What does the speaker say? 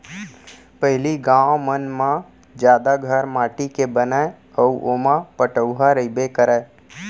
पहिली गॉंव मन म जादा घर माटी के बनय अउ ओमा पटउहॉं रइबे करय